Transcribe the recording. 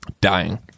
dying